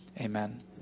Amen